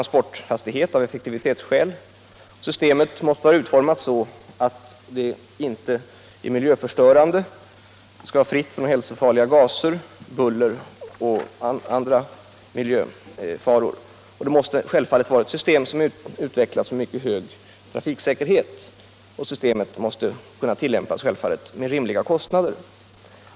Systemet måste vidare vara utformat så att det inte är miljöförstörande — det skall vara fritt från hälsofarliga gaser, buller och andra miljöfaror. Slutligen måste det självfallet vara ett system som utvecklas med mycket hög trafiksäkerhet, och det måste kunna tillämpas till rimliga kostnader.